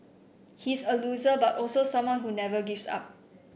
he's a loser but also someone who never gives up